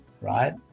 right